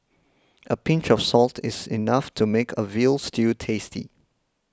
a pinch of salt is enough to make a Veal Stew tasty